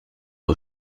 aux